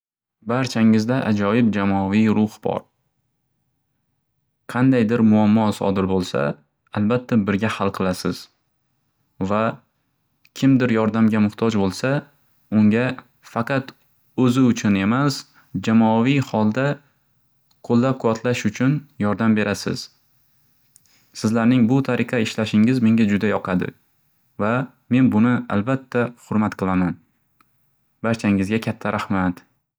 Barchangizda ajoyib jamoaviy ruh bor. Qandaydir muammo sodir bo'lsa, albatda birga hal qilasiz. Va kimdir yordamga muxtoj bo'lsa, unga faqat o'zi uchun emas, jamoaviy holda qo'llab quvatlash uchun yordam berasiz. Sizlarning bu tariqa ishlashingiz menda juda yoqadi va men buni albatda hurmat qilaman. Barchangizga katta rahmat.